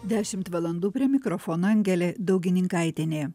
dešimt valandų prie mikrofono angelė daugininkaitienė